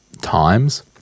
times